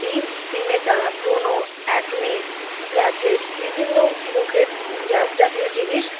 এই ক্রিমের দ্বারা ব্রণ অ্যাকনে ব্ল্যাকহেডস বিভিন্ন মুখের র্যাশ জাতীয় জিনিস